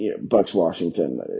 Bucks-Washington